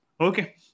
Okay